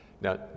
Now